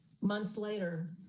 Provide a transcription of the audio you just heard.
months later,